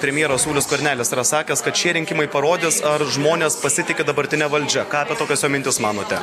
premjeras saulius skvernelis yra sakęs kad šie rinkimai parodys ar žmonės pasitiki dabartine valdžia ką apie tokias jo mintis manote